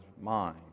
mind